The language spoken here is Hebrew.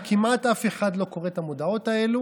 כמעט אף אחד לא קורא את המודעות האלה.